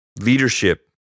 Leadership